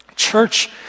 church